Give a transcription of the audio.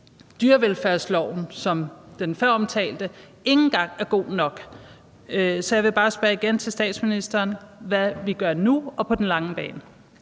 dyrevelfærdsloven, som før omtalt ikke engang er god nok. Så jeg vil bare igen spørge statsministeren: Hvad vil I gøre nu og på den lange bane?